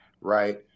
Right